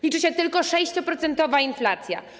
Liczy się tylko 6-procentowa inflacja.